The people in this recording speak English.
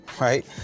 right